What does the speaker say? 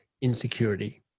insecurity